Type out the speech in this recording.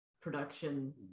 production